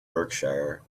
berkshire